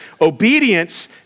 obedience